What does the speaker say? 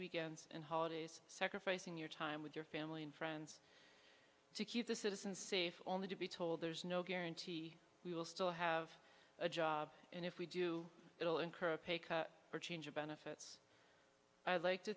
weekends and holidays sacrificing your time with your family and friends to keep the citizens safe only to be told there's no guarantee we will still have a job and if we do it'll encourage pay for change of benefits i would like to